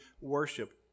worship